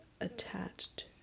attached